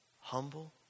Humble